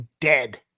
dead